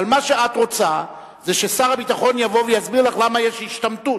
מה שאת רוצה זה ששר הביטחון יבוא ויסביר לך למה יש השתמטות,